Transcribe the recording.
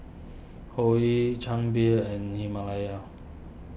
Hoyu Chang Beer and Himalaya